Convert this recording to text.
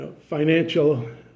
financial